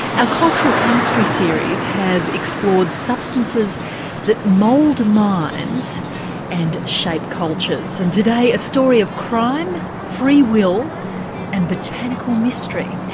ah cultural chemistry series has explored substances that mould minds and shape cultures. and today, a story of crime, free will and botanical mystery.